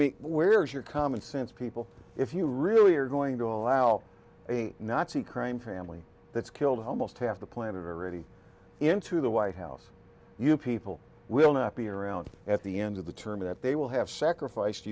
mean where is your common sense people if you really are going to allow a nazi crime family that's killed almost half the planet already into the white house you people will not be around at the end of the term that they will have sacrificed